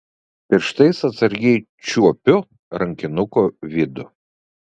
pirštais atsargiai čiuopiu rankinuko vidų